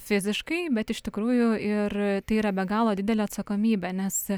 fiziškai bet iš tikrųjų ir tai yra be galo didelė atsakomybė nes